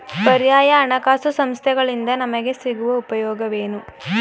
ಪರ್ಯಾಯ ಹಣಕಾಸು ಸಂಸ್ಥೆಗಳಿಂದ ನಮಗೆ ಸಿಗುವ ಉಪಯೋಗವೇನು?